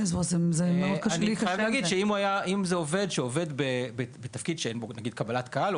אם זה עובד שעובד בתפקיד שאין בו קבלת קהל,